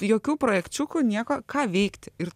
jokių projekčiukų nieko ką veikti ir